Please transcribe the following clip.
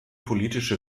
politische